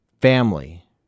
Family